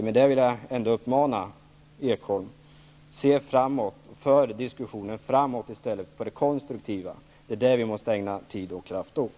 Med det vill jag uppmana Berndt Ekholm att se framåt och föra diskussionen framåt och konstruktivt. Det är det som vi måste ägna tid och kraft åt.